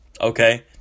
Okay